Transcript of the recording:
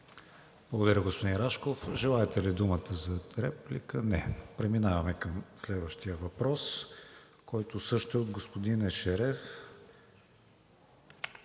Благодаря, господин Рашков. Желаете ли думата за реплика? Не. Преминаваме към следващия въпрос, който също е от господин Ешереф.